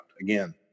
Again